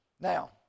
Now